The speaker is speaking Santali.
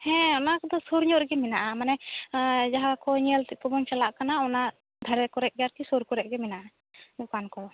ᱦᱮᱸ ᱚᱱᱟ ᱠᱚᱫᱚ ᱥᱩᱨ ᱧᱚᱜ ᱨᱮᱜᱮ ᱢᱮᱱᱟᱜᱼᱟ ᱢᱟᱱᱮ ᱡᱟᱦᱟᱸ ᱠᱚ ᱧᱮᱞ ᱛᱮᱵᱚᱱ ᱪᱟᱞᱟᱜ ᱠᱟᱱᱟ ᱚᱱᱟ ᱫᱷᱟᱨᱮ ᱠᱚᱨᱮᱫ ᱜᱮ ᱟᱨᱠᱤ ᱥᱳᱨ ᱠᱚᱨᱮᱫ ᱜᱮ ᱢᱮᱱᱟᱜᱼᱟ ᱫᱚᱠᱟᱱ ᱠᱚᱫᱚ